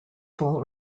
full